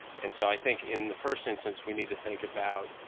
and so i think in the first instance we need to think about